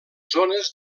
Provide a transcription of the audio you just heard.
zones